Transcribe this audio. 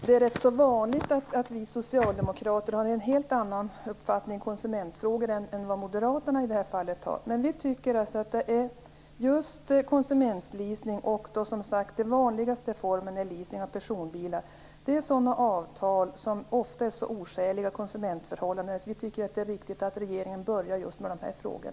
Det är rätt vanligt att vi socialdemokrater har en helt annan uppfattning i konsumentfrågor än vad i det här fallet moderaterna har. Vi tycker att avtalen om konsumentleasing - den vanligaste formen gäller personbilar - ofta är så oskäliga att det är riktigt att regeringen börjar med just dessa frågor.